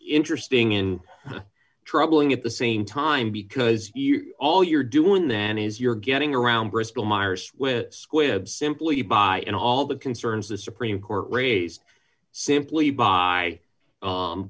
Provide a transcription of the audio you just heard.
interesting in troubling at the same time because all you're doing then is you're getting around bristol myers with squibs simply by in all the concerns the supreme court raised simply by